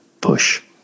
push